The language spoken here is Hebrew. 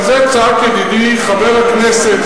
על זה צעק ידידי חבר הכנסת,